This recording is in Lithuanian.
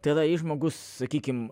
tai yra jei žmogus sakykim